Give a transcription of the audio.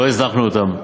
לא הזנחנו אותם.